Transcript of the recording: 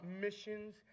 missions